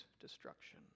destruction